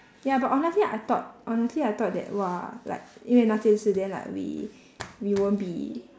ya but honestly I thought honestly I thought that !wah! like 因为那件事 then like we we won't be